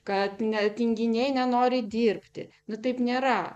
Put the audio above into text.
kad ne tinginiai nenori dirbti nu taip nėra